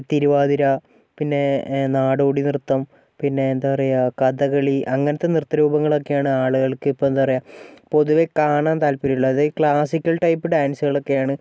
തിരുവാതിര പിന്നെ നാടോടി നൃത്തം പിന്നെ എന്താ പറയുക കഥകളി അങ്ങനത്തെ നൃത്ത രൂപങ്ങളൊക്കെയാണ് ആളുകൾക്കിപ്പോൾ എന്താ പറയുക പൊതുവേ കാണാൻ താല്പര്യമുള്ളത് ക്ലാസിക്കൽ ടൈപ്പ് ഡാൻസുകളൊക്കെയാണ്